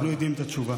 אנחנו יודעים את התשובה.